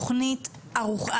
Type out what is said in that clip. תוכנית ערוכה,